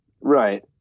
Right